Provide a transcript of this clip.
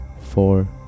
four